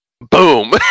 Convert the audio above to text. Boom